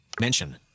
Mention